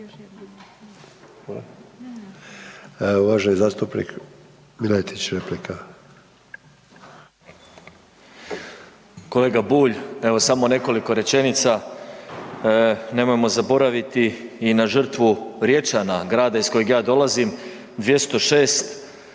**Miletić, Marin (MOST)** Kolega Bulj, evo samo nekoliko rečenica nemojmo zaboraviti i na žrtvu Riječana, grada iz kojeg ja dolazim, 206